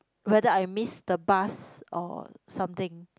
whether I miss the bus or something